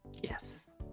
yes